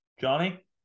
Johnny